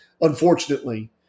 unfortunately